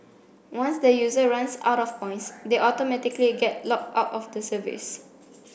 once the user runs out of points they automatically get locked out of the service